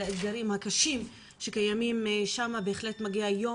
לאתגרים הקשים שקיימים שם בהחלט מגיע יום